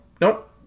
Nope